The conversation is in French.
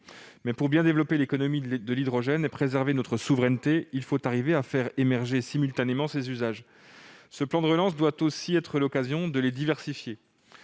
mais pour bien développer l'économie de l'hydrogène et préserver notre souveraineté, il faut parvenir à faire émerger simultanément ses usages. Ce plan de relance doit aussi être l'occasion de les diversifier.